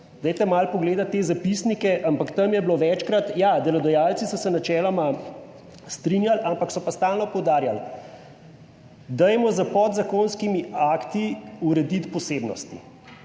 dajte malo pogledati te zapisnike, ampak tam je bilo večkrat, ja, delodajalci so se načeloma strinjali, ampak so pa stalno poudarjali, dajmo s podzakonskimi akti urediti posebnosti